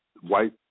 White